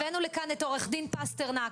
הבאנו את עו"ד פסטרנק,